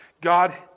God